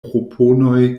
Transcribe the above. proponoj